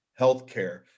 healthcare